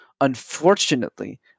unfortunately